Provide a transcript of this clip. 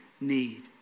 need